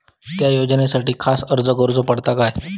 त्या योजनासाठी खास अर्ज करूचो पडता काय?